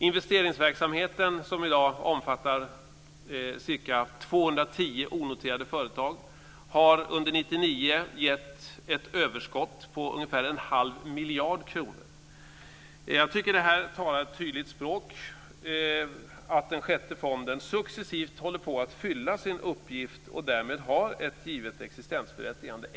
onoterade företag, har under 1999 gett ett överskott på ungefär en halv miljard kronor. Jag tycker att detta talar ett tydligt språk: den sjätte fonden håller successivt på att fylla sin uppgift och har därmed ett givet existensberättigande.